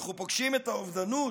אנחנו פוגשים את האובדנות